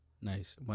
Nice